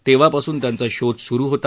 तेव्हापासून त्यांचा शोध सुरू होता